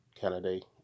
candidate